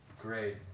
Great